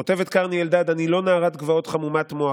כותבת קרני אלדד: "אני לא נערת גבעות חמומת מוח,